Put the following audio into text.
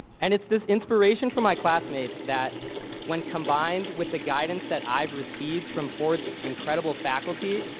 and it's this inspiration from my classmates, that when combined with the guidance that i've received from ford's incredible faculty,